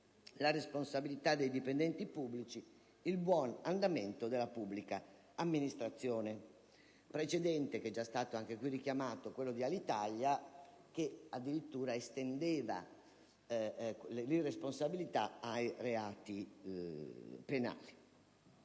alla responsabilità dei dipendenti pubblici e al buon andamento della pubblica amministrazione. Il precedente richiamato, quello di Alitalia, addirittura estendeva l'irresponsabilità ai reati penali.